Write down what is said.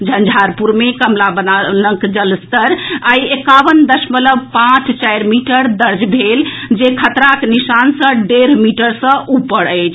झंझारपुर मे कमला बलानक जलस्तर आइ एकावन दशमलव पांच चारि मीटर दर्ज भेल जे खतराक निशान सँ डेढ़ मीटर सऽ ऊपर अछि